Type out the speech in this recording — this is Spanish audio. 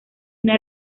una